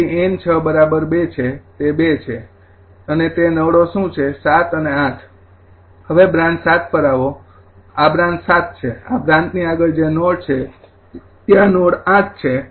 તેથી આ 𝑁૬ ૨ છે તે ૨ છે અને તે નોડો શું છે ૭ અને ૮ હવે બ્રાન્ચ ૭ પર આવો આ બ્રાન્ચ ૭ છે આ બ્રાન્ચ ની આગળ જે નોડ છે ત્યાં નોડ ૮ છે